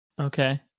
Okay